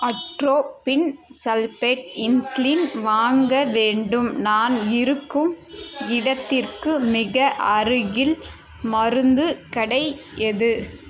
atropine sulphate insulin வாங்க வேண்டும் நான் இருக்கும் இடத்திற்கு மிக அருகில் மருந்துக் கடை எது